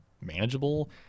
manageable